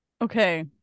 Okay